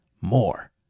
more